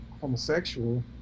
homosexual